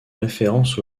référence